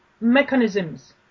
mechanisms